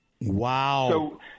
Wow